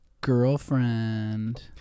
girlfriend